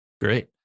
Great